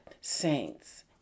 saints